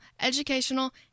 educational